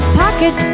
pocket